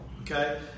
okay